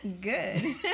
Good